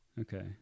Okay